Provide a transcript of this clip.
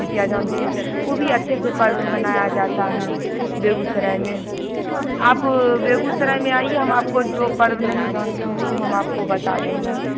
ज्यूतिया जानते हैं वो भी अच्छे से पर्व मनाया जाता है बेगूसराय में आप बेगूसराय में आइए हम आपको जो पर्व नहीं जानते होंगे हम आपको बता देंगे